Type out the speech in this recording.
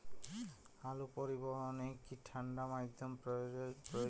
আলু পরিবহনে কি ঠাণ্ডা মাধ্যম প্রয়োজন?